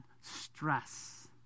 stress